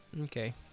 Okay